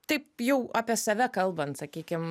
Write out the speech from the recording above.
taip jau apie save kalbant sakykim